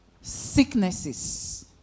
sicknesses